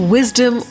Wisdom